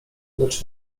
lecz